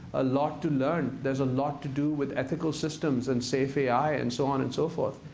a lot to learn. there's a lot to do with ethical systems and safe ai and so on and so forth.